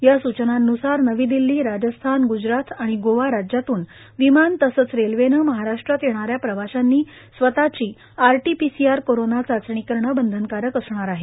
या सूचनांन्सार नवी दिल्ली राज्यस्थान गूजरात आणि गोवा राज्यातून विमान तसेच रेल्वेने महाराष्ट्रात येणाऱ्या प्रवाशांनी स्वतःची आरटीपीसीआर कोरोना चाचणी करणे बंधनकारक असणार आहे